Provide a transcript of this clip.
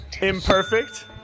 Imperfect